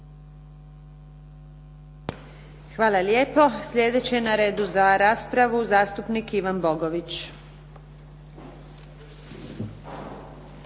Hvala lijepo. Sljedeći je na redu za raspravu gospodin zastupnik Ivan Bogović.